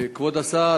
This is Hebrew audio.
כבוד השר,